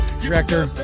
Director